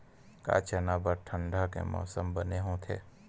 का चना बर ठंडा के मौसम बने होथे?